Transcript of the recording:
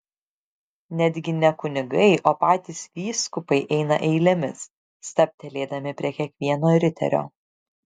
netgi ne kunigai o patys vyskupai eina eilėmis stabtelėdami prie kiekvieno riterio